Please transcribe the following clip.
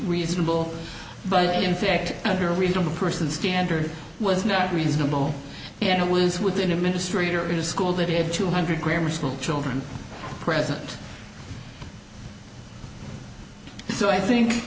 reasonable but in fact under a reasonable person standard was not reasonable and it was within a ministry or in a school that had two hundred grammar school children present so i think